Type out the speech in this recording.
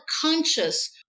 conscious